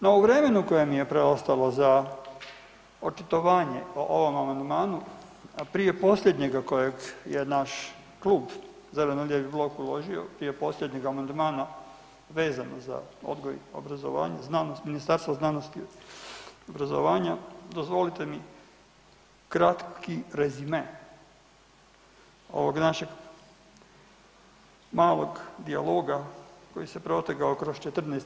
No, u vremenu koje mi je preostalo za očitovanje o ovom amandmanu, a prije posljednjega kojeg je naš Klub zeleno-lijevi blok uložio, prije posljednjeg amandmana vezano za odgoj i obrazovanje, znanost, Ministarstvo znanosti i obrazovanja dozvolite mi kratki rezime ovog našeg malog dijaloga koji se protekao kroz 14